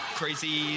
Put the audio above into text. crazy